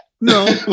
No